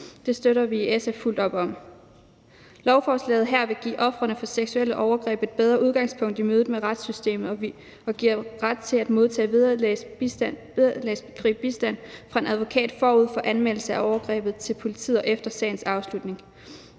Det støtter vi i SF fuldt op om. Lovforslaget her vil give ofrene for seksuelle overgreb et bedre udgangspunkt i mødet med retssystemet og giver ret til at modtage vederlagsfri bistand fra en advokat forud for anmeldelse af overgrebet til politiet og efter sagens afslutning.